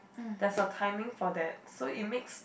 there's a timing for that so it makes